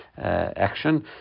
Action